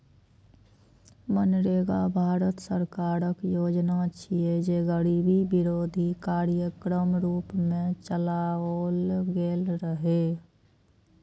मनरेगा भारत सरकारक योजना छियै, जे गरीबी विरोधी कार्यक्रमक रूप मे चलाओल गेल रहै